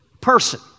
person